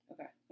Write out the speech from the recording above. Okay